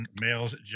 male's